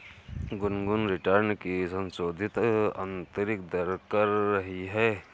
Gungun return की संशोधित आंतरिक दर कर रही है